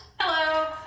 Hello